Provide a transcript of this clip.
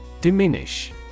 Diminish